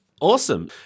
Awesome